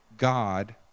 God